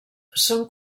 són